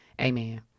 Amen